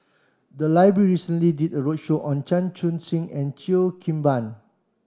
the library recently did a roadshow on Chan Chun Sing and Cheo Kim Ban